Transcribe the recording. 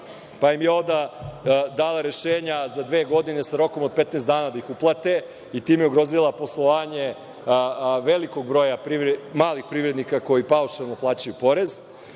pa im je onda dala rešenja za dve godine sa rokom od 15 dana da ih uplate i time ugrozila poslovanje velikog broja malih privrednika koji paušalno plaćaju porez,